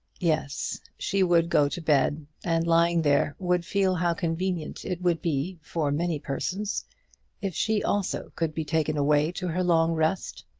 yes she would go to bed, and lying there would feel how convenient it would be for many persons if she also could be taken away to her long rest,